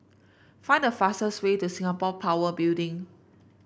find the fastest way to Singapore Power Building